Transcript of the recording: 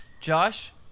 josh